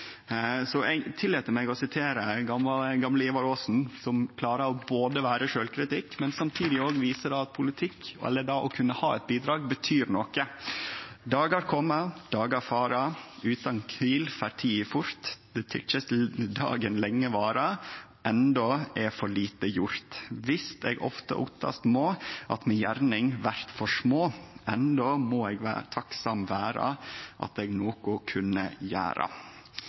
Eg tillèt meg å sitere gamle Ivar Aasen, som klarar å vere sjølvkritisk, men samtidig òg vise at politikk, eller det å kunne bidra, betyr noko: «Dagar koma, dagar fara, utan kvild fer tidi fort. Lenge tykkest dagen vara, endå er for lite gjort. Vist eg ofte ottast må, at mi gjerning var for små, endå må eg takksam vera, at eg noko kunde gjera.»